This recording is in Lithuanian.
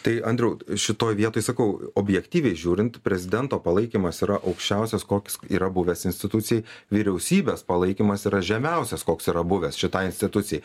tai andriau šitoj vietoj sakau objektyviai žiūrint prezidento palaikymas yra aukščiausias koks yra buvęs institucijai vyriausybės palaikymas yra žemiausias koks yra buvęs šitai institucijai